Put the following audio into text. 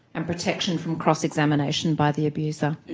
and protection from cross-examination by the abuser?